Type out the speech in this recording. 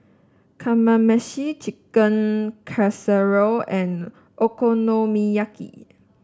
Kmameshi Chicken Casserole and Okonomiyaki